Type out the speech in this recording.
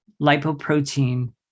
lipoprotein